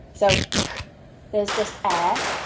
so k there's just air,